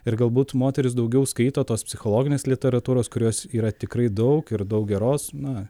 ir galbūt moterys daugiau skaito tos psichologinės literatūros kurios yra tikrai daug ir daug geros na